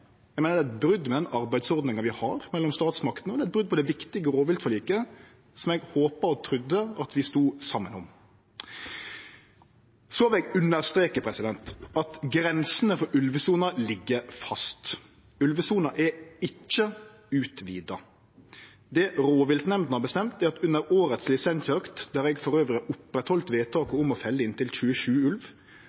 Eg meiner det er brot på den arbeidsordninga vi har mellom statsmaktene, og det er brot på det viktige rovviltforliket, som eg håpa og trudde at vi stod saman om. Så vil eg understreke at grensene for ulvesona ligg fast. Ulvesona er ikkje utvida. Det rovviltnemndene har avgjort, er at under årets lisensjakt, der eg har oppretthalde vedtaket om å felle inntil 27 ulv,